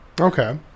Okay